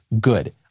Good